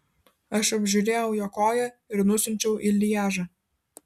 aš apžiūrėjau jo koją ir nusiunčiau į lježą